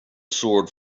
sword